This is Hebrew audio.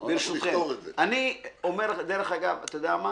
ברשותכם, דרך אגב, אתה יודע מה,